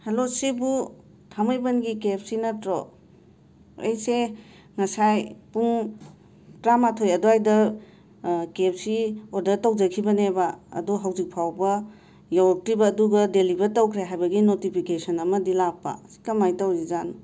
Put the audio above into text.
hello ꯁꯤꯕꯨ ꯊꯥꯡꯃꯩꯕꯟꯒꯤ K F C ꯅꯇ꯭ꯔꯣ ꯑꯩꯁꯦ ꯉꯁꯥꯏ ꯄꯨꯡ ꯇ꯭ꯔꯥꯃꯥꯊꯣꯏ ꯑꯗ꯭ꯋꯥꯏꯗ ꯀꯦ ꯑꯦꯐ ꯁꯤ ꯑꯣꯗꯔ ꯇꯧꯖꯈꯤꯕꯅꯦꯕ ꯑꯗꯣ ꯍꯧꯖꯤꯛꯐꯥꯎꯕ ꯌꯧꯔꯛꯇ꯭ꯔꯤꯕ ꯑꯗꯨꯒ ꯗꯦꯂꯤꯕꯔ ꯇꯧꯈ꯭ꯔꯦ ꯍꯥꯏꯕꯒꯤ ꯅꯣꯇꯤꯐꯤꯀꯦꯁꯟ ꯑꯃꯗꯤ ꯂꯥꯛꯄ ꯁꯤ ꯀꯃꯥꯏꯅ ꯇꯧꯔꯤꯖꯥꯠꯅꯣ